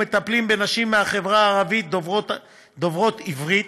מטפלים בנשים מהחברה הערבית דוברות עברית,